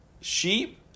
sheep